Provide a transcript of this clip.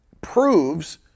proves